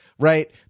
Right